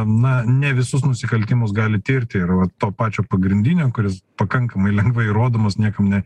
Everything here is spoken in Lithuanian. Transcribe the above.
na ne visus nusikaltimus gali tirti ir va to pačio pagrindinio kuris pakankamai lengvai įrodomas niekam ne